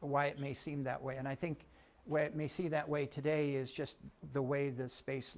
why it may seem that way and i think where it may see that way today is just the way the space